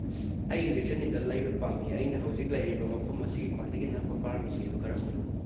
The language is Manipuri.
ꯑꯩ ꯏꯟꯖꯦꯛꯁꯟ ꯅꯤꯗꯜ ꯂꯩꯕ ꯄꯥꯝꯃꯤ ꯑꯩꯅ ꯍꯧꯖꯤꯛ ꯂꯩꯔꯤꯕ ꯃꯐꯝ ꯑꯁꯤꯒꯤ ꯈ꯭ꯋꯥꯏꯗꯒꯤ ꯅꯛꯄ ꯐꯥꯔꯃꯥꯁꯤ ꯑꯗꯨ ꯀꯔꯝꯕꯅꯣ